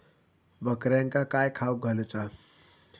बकऱ्यांका काय खावक घालूचा?